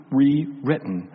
rewritten